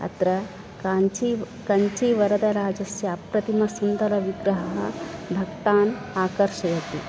अत्र काञ्ची कञ्चीवरदराजस्य अप्रतिमसुन्दरविग्रहः भक्तान् आकर्षयति